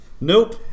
Nope